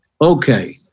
Okay